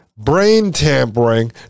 brain-tampering